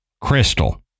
Crystal